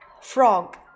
frog